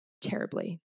terribly